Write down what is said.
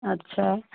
अच्छा